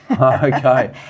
okay